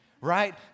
right